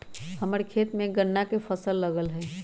हम्मर खेत में गन्ना के फसल लगल हई